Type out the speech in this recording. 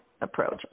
approach